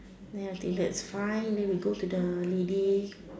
no I think that's find now we go to the lady